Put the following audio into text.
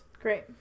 great